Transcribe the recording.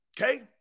Okay